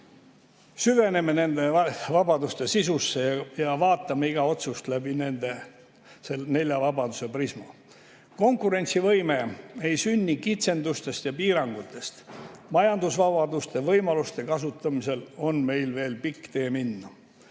Süveneme nende vabaduste sisusse ja vaatame iga otsust läbi nende nelja vabaduse prisma. Konkurentsivõime ei sünni kitsendustest ja piirangutest. Majandusvabaduste võimaluste kasutamisel on meil veel pikk tee minna.